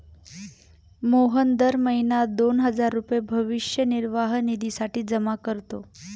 मोहन दर महीना दोन हजार रुपये भविष्य निर्वाह निधीसाठी जमा करतो